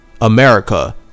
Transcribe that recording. America